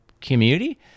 community